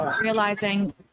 realizing